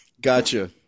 Gotcha